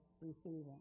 receiving